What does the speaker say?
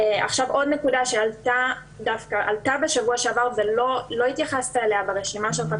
עוד נקודה שעלתה בשבוע שעבר ולא התייחסת אליה ברשימה שלך,